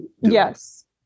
Yes